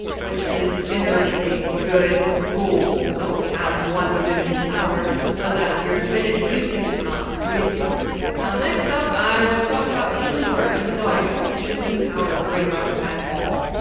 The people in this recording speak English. which it's generally a good rule to only have one divinity power so that your divinity usage is not ridiculous. now, next up, i want to talk about healing word, even though i don't use this power very much at all.